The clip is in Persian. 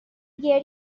گریه